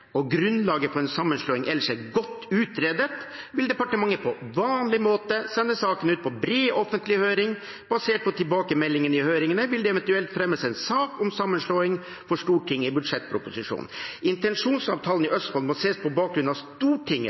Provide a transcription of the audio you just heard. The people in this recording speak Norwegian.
og grunnlaget for en sammenslåing ellers er godt utredet, vil departementet på vanlig måte sende saken ut på bred offentlig høring. Basert på tilbakemeldingene i høringene vil det eventuelt fremmes en sak om sammenslåing for Stortinget i budsjettproposisjonen. Intensjonsavtalen i Østfold må ses på bakgrunn av